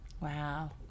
Wow